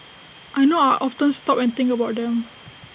I know I'll often stop and think about them